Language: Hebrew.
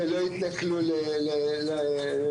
שלא יתנכלו למוסד,